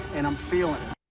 and i'm feeling